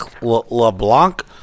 LeBlanc